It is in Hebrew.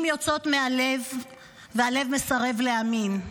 הבעיות של הממשלה הזאת לא ייפתרו בגלל המהלך הזה,